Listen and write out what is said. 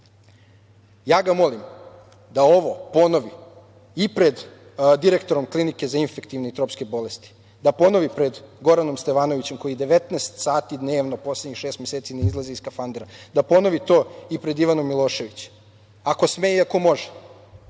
ga molim da ovo ponovi i pred direktorom Klinike za infektivne i tropske bolesti, da ponovi pred Goranom Stevanovićem, koji 19 sati dnevno poslednjih šest meseci ne izlazi iz skafandera, da ponovi to i pred Ivanom Milošević, ako sme i ako može.